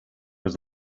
was